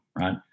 right